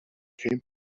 came